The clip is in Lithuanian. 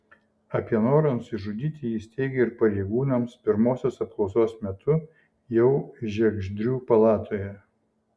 apie norą nusižudyti jis teigė ir pareigūnams pirmosios apklausos metu jau žiegždrių palatoje